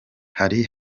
hari